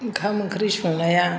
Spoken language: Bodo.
ओंखाम ओंख्रि संनाया